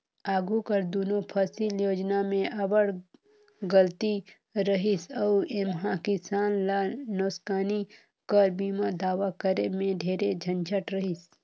आघु कर दुनो फसिल योजना में अब्बड़ गलती रहिस अउ एम्हां किसान ल नोसकानी कर बीमा दावा करे में ढेरे झंझट रहिस